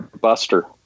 Buster